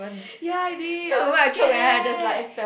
ya I did I was scared eh